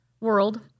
world